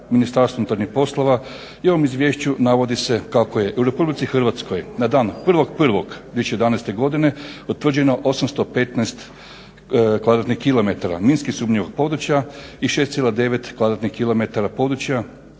Ministarstvo unutarnjih poslova i u ovom izvješću navodi se kako je u Republike Hrvatskoj na dan 1.1.2011. godine utvrđeno 815 km2 minski sumnjivog područja i 6,9 km2